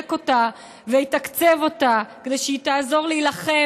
שיחזק אותה ויתקצב אותה כדי שהיא תעזור להילחם